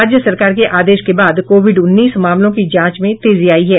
राज्य सरकार के आदेश के बाद कोविड उन्नीस मामलों की जांच में तेजी आई है